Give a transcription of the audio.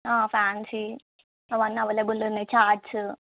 fancy అవన్నీ available ఉన్నాయి charts